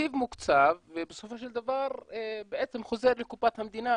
התקציב מוקצב ובסופו של דבר בעצם חוזר לקופת המדינה,